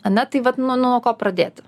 ane tai vat nu nuo ko pradėti